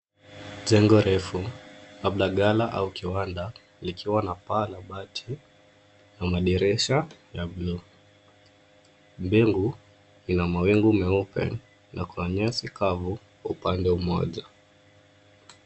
Jengo refu labda gala au kiwanda likiwa na paa la bati na madirisha ya bluu. Mbingu ina mawingu meupe na kuna nyasi kavu upande mmoja.